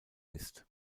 ist